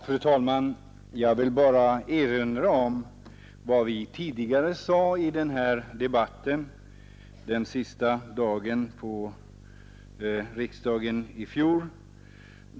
Fru talman! Jag vill erinra om vad vi sade i den debatt som fördes på riksdagens sista dag i fjol.